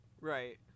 right